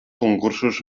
concursos